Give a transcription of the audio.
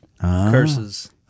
curses